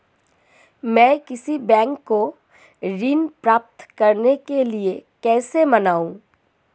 मैं किसी बैंक को ऋण प्राप्त करने के लिए कैसे मनाऊं?